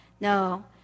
No